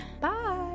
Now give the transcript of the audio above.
bye